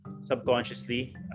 subconsciously